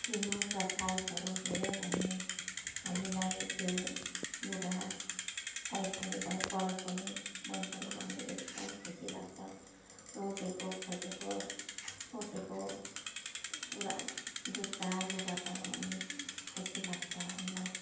किन्यौँ र साइजहरू हेर्यौँ भने हामीलाई त्यो लुगा साइज पनि भयो कलर पनि मनपर्यो भने एकदम खुसी लाग्छ रोजेको खोजेको सोचेको कुरा जुत्ता लुगा पायौँ भने खुसी लाग्छ हामीलाई